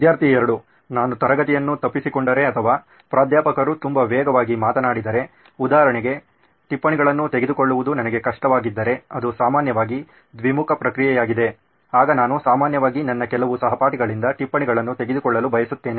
ವಿದ್ಯಾರ್ಥಿ 2 ನಾನು ತರಗತಿಯನ್ನು ತಪ್ಪಿಸಿಕೊಂಡಿದ್ದರೆ ಅಥವಾ ಪ್ರಾಧ್ಯಾಪಕರು ತುಂಬಾ ವೇಗವಾಗಿ ಮಾತನಾಡಿದರೆ ಉದಾಹರಣೆಗೆ ಟಿಪ್ಪಣಿಗಳನ್ನು ತೆಗೆದುಕೊಳ್ಳುವುದು ನನಗೆ ಕಷ್ಟವಾಗಿದ್ದರೆ ಅದು ಸಾಮಾನ್ಯವಾಗಿ ದ್ವಿಮುಖ ಪ್ರಕ್ರಿಯೆಯಾಗಿದೆ ಆಗ ನಾನು ಸಾಮಾನ್ಯವಾಗಿ ನನ್ನ ಕೆಲವು ಸಹಪಾಠಿಗಳಿಂದ ಟಿಪ್ಪಣಿಗಳನ್ನು ತೆಗೆದುಕೊಳ್ಳಲು ಬಯಸುತ್ತೇನೆ